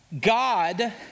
God